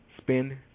Spend